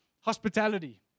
hospitality